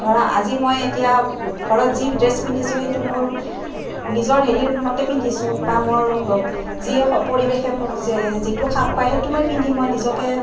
ধৰা আজি মই এতিয়া ঘৰত যি ড্ৰেছ পিন্ধিছোঁ সেইটো মোৰ নিজৰ হেৰিৰ মতে পিন্ধিছোঁ বা মোৰ যিয়ে হওক পৰিৱেশে মোক যিটো খাপ খুৱায় সেইটো মই পিন্ধিম মই নিজকে